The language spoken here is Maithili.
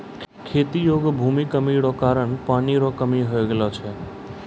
खेती योग्य भूमि कमी रो कारण पानी रो कमी हो गेलौ छै